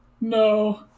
No